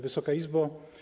Wysoka Izbo!